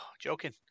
joking